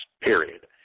period